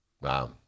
Wow